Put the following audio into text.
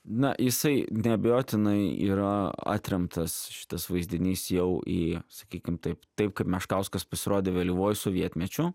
na jisai neabejotinai yra atremtas šitas vaizdinys jau į sakykim taip taip kaip meškauskas pasirodė vėlyvuoju sovietmečiu